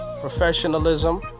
professionalism